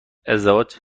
ازدواج